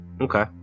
Okay